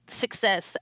success